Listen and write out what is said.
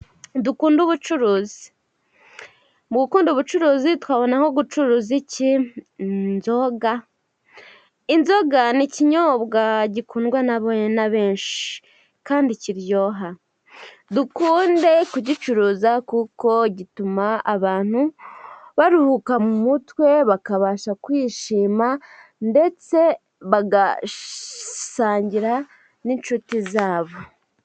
Dukunda ubucuruzi, mugukunda ubucuruzi twabona nko gucuruza iki? Inzoga, inzoga ni ikinyobwa gikundwa na bantu benshi kandi kiryoha, dukunde kugicuruza kuko gituma abantu baruhuka mu mutwe, bakabasha kwishima ndetse bagasangira n'inshuti zabo.